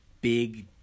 big